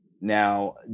Now